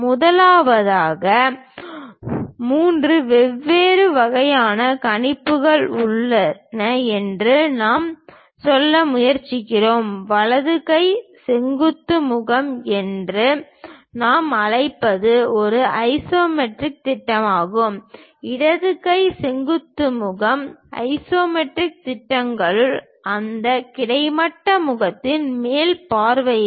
முதலாவது மூன்று வெவ்வேறு வகையான கணிப்புகள் உள்ளன என்று நாம் சொல்ல முயற்சிக்கிறோம் வலது கை செங்குத்து முகம் என்று நாம் அழைப்பது ஒரு ஐசோமெட்ரிக் திட்டமாகும் இடது கை செங்குத்து முகம் ஐசோமெட்ரிக் திட்டங்களும் அந்த கிடைமட்ட முகத்தின் மேல் பார்வையும்